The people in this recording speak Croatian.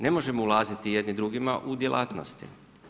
Ne možemo ulaziti jedni drugima u djelatnosti.